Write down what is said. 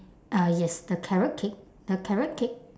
ah yes the carrot cake the carrot cake